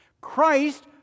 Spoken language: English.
Christ